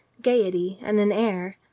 gaiety and an air.